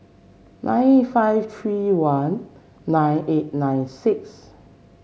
nine five three one nine eight nine six